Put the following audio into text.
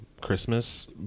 Christmas